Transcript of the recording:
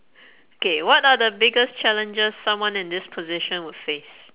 K what are the biggest challenges someone in this position would face